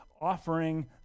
offering